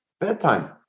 Bedtime